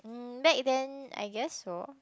mm back then I guess so